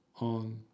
on